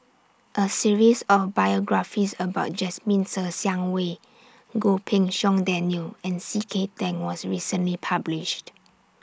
A series of biographies about Jasmine Ser Xiang Wei Goh Pei Siong Daniel and C K Tang was recently published